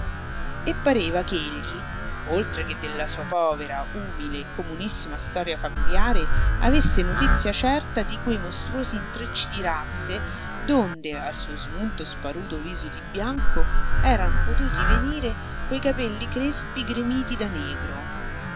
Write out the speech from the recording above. e pareva ch'egli oltre che della sua povera umile comunissima storia familiare avesse notizia certa di quei mostruosi intrecci di razze donde al suo smunto sparuto viso di bianco eran potuti venire quei capelli crespi gremiti da negro